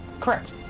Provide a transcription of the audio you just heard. Correct